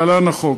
להלן: החוק.